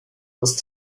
das